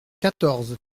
quatorze